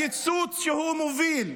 הקיצוץ שהוא מוביל,